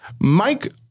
Mike